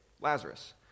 Lazarus